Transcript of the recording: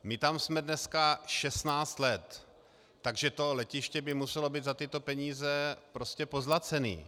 My tam jsme dneska šestnáct let, takže to letiště by muselo být za tyto peníze pozlacené.